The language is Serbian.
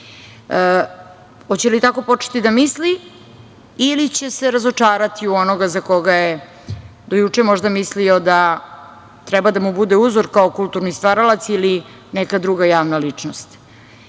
Hoće li tako početi da misli ili će se razočarati u onoga za koga je do juče možda mislio da treba da mu bude uzor kao kulturni stvaralac ili neka druga javna ličnost?